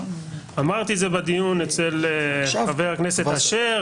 אמרתי את זה בדיון אצל חבר הכנסת אשר,